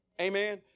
Amen